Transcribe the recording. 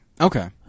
Okay